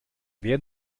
werden